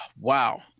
Wow